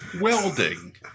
welding